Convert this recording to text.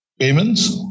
payments